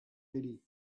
eddie